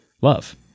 Love